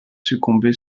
succomber